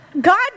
God